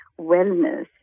wellness